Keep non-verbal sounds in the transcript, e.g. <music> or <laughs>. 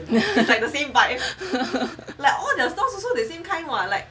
<laughs>